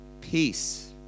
Peace